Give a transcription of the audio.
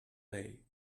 day